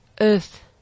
earth